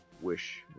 wish